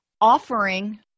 offering